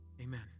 Amen